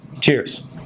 Cheers